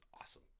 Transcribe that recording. awesome